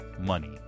money